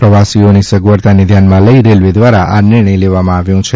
પ્રવાસીઓની સગવડતાને ધ્યાનમાં લઈ રેલવે દ્વારા આ નિર્ણય કરાયો છે